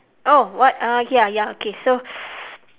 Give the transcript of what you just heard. oh what uh ya ya okay so